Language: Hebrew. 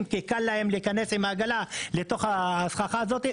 כי קל להם להיכנס עם העגלה לתוך הסככה הזאת,